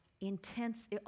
intense